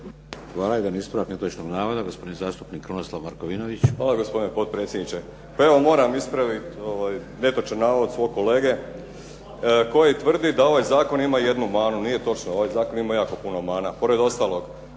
Hvala. Jedan ispravak netočnog navoda gospodin zastupnik Krunoslav Markovinović. **Markovinović, Krunoslav (HDZ)** Hvala gospodine potpredsjedniče. Pa evo, moram ispraviti netočan navod svog kolege koji tvrdi da ovaj zakon ima jednu menu. Nije točno, ovaj zakon ima jako puno mana. Pored ostalog